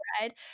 right